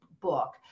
book